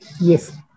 Yes